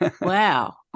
Wow